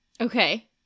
Okay